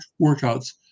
workouts